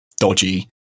dodgy